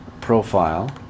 profile